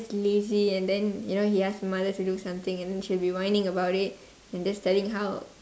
is lazy and then you know he ask mother to do something and then she'll be whining about it and just telling how